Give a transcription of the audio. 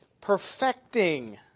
perfecting